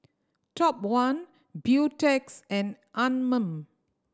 Top One Beautex and Anmum